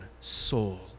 soul